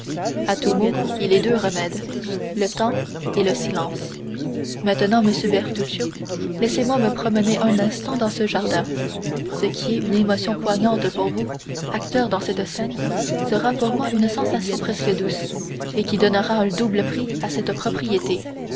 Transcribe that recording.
à tous maux il est deux remèdes le temps et le silence maintenant monsieur bertuccio laissez-moi me promener un instant dans ce jardin ce qui est une émotion poignante pour vous acteur dans cette scène sera pour moi une sensation presque douce et qui donnera un double prix à cette propriété